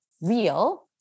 real